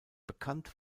bekannt